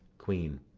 queen.